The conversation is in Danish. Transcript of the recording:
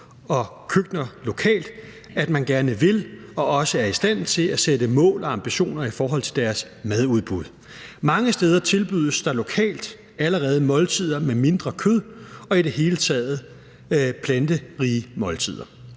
og køkkener lokalt gerne vil og også er i stand til at sætte mål og ambitioner i forhold til sit madudbud. Mange steder tilbydes der lokalt allerede måltider med mindre kød og i det hele taget planterige måltider.